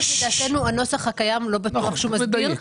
שלדעתנו הנוסח הקיים לא בטוח שהוא מסביר,